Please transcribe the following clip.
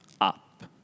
up